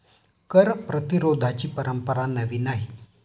कर प्रतिरोधाची परंपरा नवी नाही